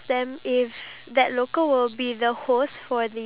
it is really like at the country itself you know